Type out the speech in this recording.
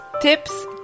tips